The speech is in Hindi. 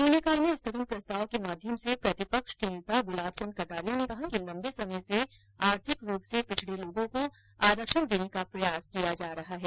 शून्यकाल में स्थगन प्रस्ताव के माध्यम से प्रतिपक्ष के नेता ग्रुलाब चंद कटारिया ने कहा कि लम्बे समय से आर्थिक रूप से पिछडे लोगों को आरक्षण देने का प्रयास किया जा रहा है